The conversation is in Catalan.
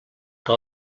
que